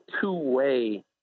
two-way